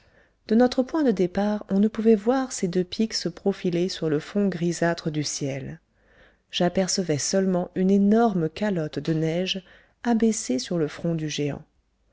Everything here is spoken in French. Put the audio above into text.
de notre point de départ on ne pouvait voir ses deux pics se profiler sur le fond grisâtre du ciel j'apercevais seulement une énorme calotte de neige abaissée sur le front du géant